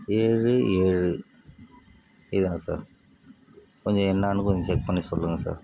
ஏழு ஏழு இதுதான் சார் கொஞ்சம் என்னான்னு கொஞ்சம் செக் பண்ணி சொல்லுங்கள் சார்